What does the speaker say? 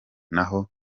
naho